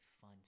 fun